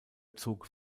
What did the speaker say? zog